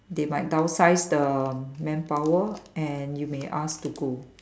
they might downsize the manpower and you may asked to go